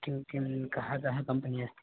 किं किं कः कः कम्पनि अस्ति